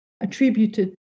attributed